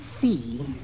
see